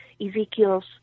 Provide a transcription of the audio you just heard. Ezekiel's